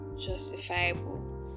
justifiable